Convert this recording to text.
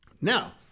now